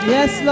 Yes